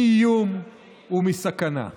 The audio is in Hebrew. מאיום ומסכנה".